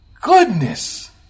Goodness